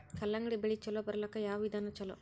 ಕಲ್ಲಂಗಡಿ ಬೆಳಿ ಚಲೋ ಬರಲಾಕ ಯಾವ ವಿಧಾನ ಚಲೋ?